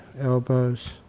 elbows